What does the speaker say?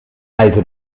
alte